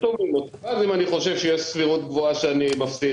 אם אני חושב שיש סבירות גבוהה שאני מפסיד,